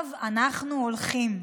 ואחריו אנחנו הולכים.